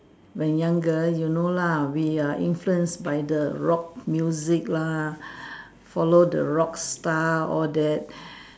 when younger you know lah we are influenced by the rock music lah follow the rock star all that